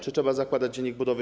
Czy trzeba zakładać dziennik budowy?